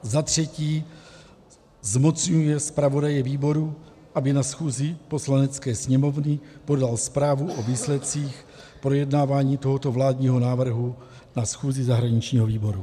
Za třetí, zmocňuje zpravodaje výboru, aby na schůzi Poslanecké sněmovny podal zprávu o výsledcích projednávání tohoto vládního návrhu na schůzi zahraničního výboru.